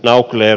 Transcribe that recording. naucler